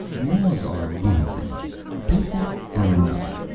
laws are one thing people are another.